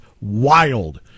wild